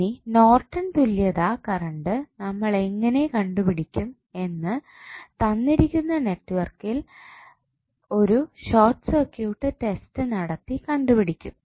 ഇനി നോർട്ടൺ തുല്യതാ കറണ്ട് നമ്മൾ എങ്ങനെ കണ്ടുപിടിക്കും നമ്മൾ തന്നിരിക്കുന്ന നെറ്റ്വർക്കിൽ ഒരു ഷോർട്ട് സർക്യൂട്ട് ടെസ്റ്റ് നടത്തി കണ്ടുപിടിക്കും